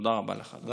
תודה רבה לך, אדוני.